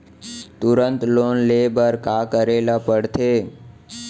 तुरंत लोन ले बर का करे ला पढ़थे?